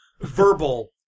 verbal